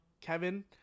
Kevin